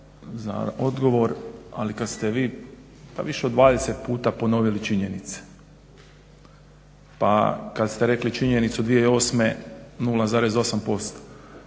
za odgovor, ali kad ste vi više od 20 puta ponovili činjenice, pa kad ste rekli činjenicu 2008. 0,8%